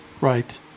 right